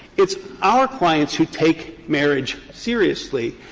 it's our clients who take marriage seriously.